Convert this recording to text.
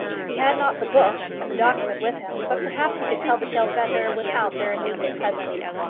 he had not the book and the document with him, but perhaps he could tell the tale better without their immediate presence.